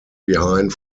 behind